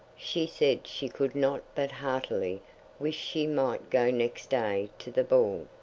she said she could not but heartily wish she might go next day to the ball,